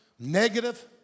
Negative